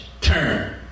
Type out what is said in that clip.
turn